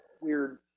weird